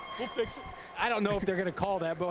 i don't know if they're going to call that. but